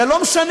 זה לא משנה.